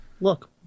Look